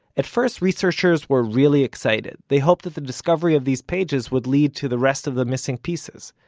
at first researchers were really excited. they hoped that the discovery of these pages would lead to the rest of the missing pieces,